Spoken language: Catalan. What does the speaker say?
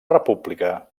república